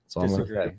Disagree